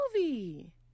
movie